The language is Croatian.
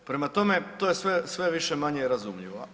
Prema tome, to je sve više-manje razumljivo.